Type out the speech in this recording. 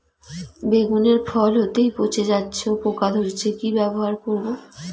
বেগুনের ফল হতেই পচে যাচ্ছে ও পোকা ধরছে কি ব্যবহার করব?